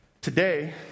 Today